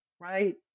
right